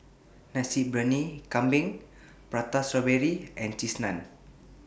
Nasi Briyani Kambing Prata Strawberry and Cheese Naan